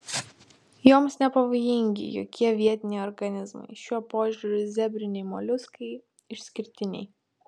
joms nepavojingi jokie vietiniai organizmai šiuo požiūriu zebriniai moliuskai išskirtiniai